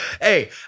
Hey